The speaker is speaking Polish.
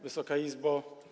Wysoka Izbo!